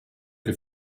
che